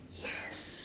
yes